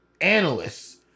analysts